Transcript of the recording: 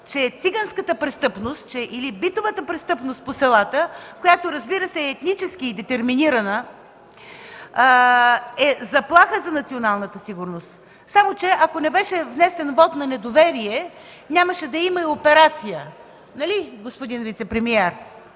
че циганската или битовата престъпност по селата, която, разбира се, е етнически детерминира, е заплаха за националната сигурност. Само че, ако не беше внесен вот на недоверие, нямаше да има и операция, нали господин вицепремиер?!